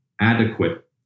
adequate